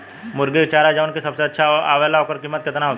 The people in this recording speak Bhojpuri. मुर्गी के चारा जवन की सबसे अच्छा आवेला ओकर कीमत केतना हो सकेला?